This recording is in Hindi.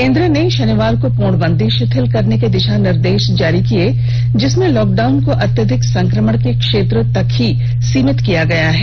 केंद्र ने शनिवार को पूर्णबंदी शिथिल करने के दिशा निर्देश जारी किए जिसमें लॉकडाउन को अत्यधिक संक्रमण के क्षेत्रों तक ही सीमित किया गया है